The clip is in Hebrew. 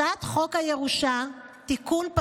הצעת חוק הירושה (תיקון,